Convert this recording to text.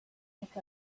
pick